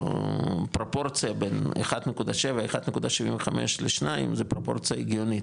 הפרופורציה בין 1.75 ל-2 זה פרופורציה הגיונית,